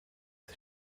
des